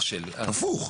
הפוך,